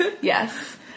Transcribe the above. Yes